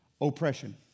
Oppression